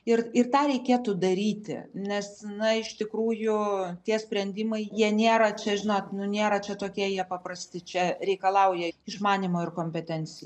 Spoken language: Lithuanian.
ir ir tą reikėtų daryti nes na iš tikrųjų tie sprendimai jie nėra čia žinot nu nėra čia tokie jie paprasti čia reikalauja išmanymo ir kompetencijų